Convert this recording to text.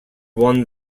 won